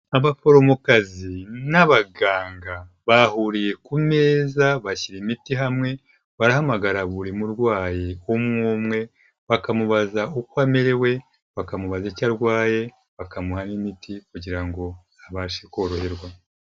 Abaforomokazi n'abaganga bahuriye ku meza bashyira imiti hamwe, barahamagara buri murwayi umwe umwe, bakamubaza uko amerewe, bakamubaza icyo arwaye, bakamuha n'imiti kugira ngo abashe koroherwa.